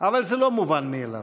אבל זה לא מובן מאליו.